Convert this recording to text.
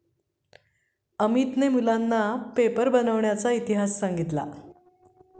अमितने मुलांना पेपर बनविण्याचा इतिहास सांगितला